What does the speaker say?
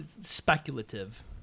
speculative